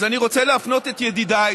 אז אני רוצה להפנות את ידידיי